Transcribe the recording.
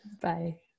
Bye